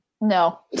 No